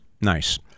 nice